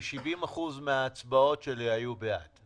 כי 70% מההצבעות שלי היו בעד...